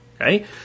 Okay